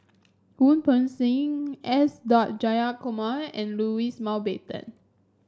Wu Peng Seng S dot Jayakumar and Louis Mountbatten